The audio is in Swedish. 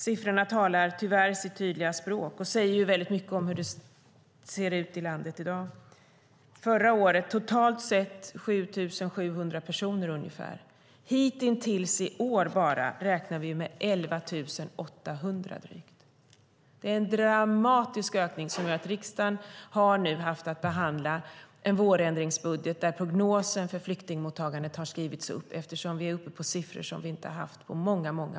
Siffrorna talar tyvärr sitt tydliga språk och säger mycket om hur det ser ut i landet i dag. Förra året var det totalt sett ungefär 7 700 personer. Bara hitintills i år räknar vi med drygt 11 800. Det är en dramatisk ökning som gör att riksdagen nu har fått behandla en vårändringsbudget där prognosen för flyktingmottagandet har skrivits upp eftersom vi är uppe på siffror som vi inte har haft på många år.